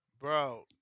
Bro